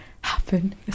happen